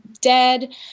dead